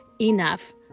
enough